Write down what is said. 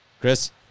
Chris